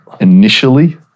initially